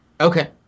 okay